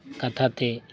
ᱠᱟᱛᱷᱟ ᱛᱮ